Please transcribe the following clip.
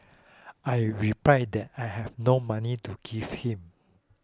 I replied that I had no money to give him